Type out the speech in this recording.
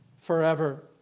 forever